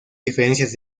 diferencias